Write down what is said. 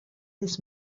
his